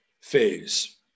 phase